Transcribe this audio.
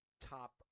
top